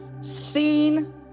seen